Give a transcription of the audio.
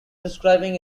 describing